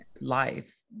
life